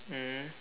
mm